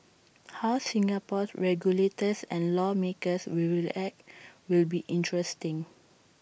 how Singapore's regulators and lawmakers will react will be interesting